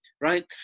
right